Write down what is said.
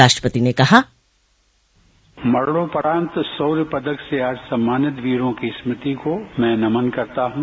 राष्ट्रपति ने कहा मरणोपरान्त शौर्य पदक से आज सम्मानित वीरों के स्मृति को मैं नमन करता हूं